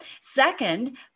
Second